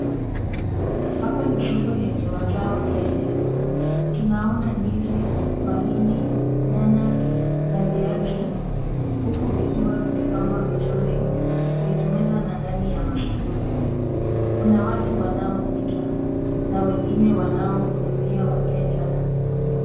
Hapa ni soko lenye mazao tele. Tunaona, ndizi, mahindi, nyanya na viazi, huku vikiwa vimepangwa vizuri kwenye meza na ndani ya masanduku. Kuna watu wanaopita na wengine wanaohudumi wateja.